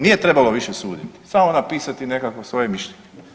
Nije trebalo više suditi samo napisati nekakvo svoje mišljenje.